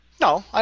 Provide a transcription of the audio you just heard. No